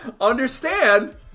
understand